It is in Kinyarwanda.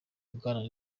aganira